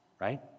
right